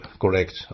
correct